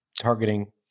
targeting